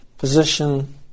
position